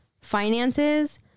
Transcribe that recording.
Finances